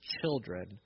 children